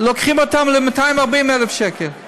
לוקחים אותם ל-240,000 שקל.